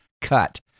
cut